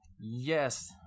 Yes